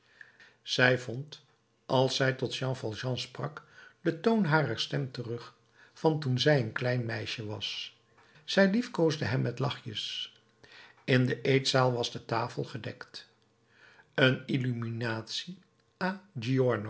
zij vond als zij tot jean valjean sprak den toon harer stem terug van toen zij een klein meisje was zij liefkoosde hem met lachjes in de eetzaal was de tafel gedekt een illuminatie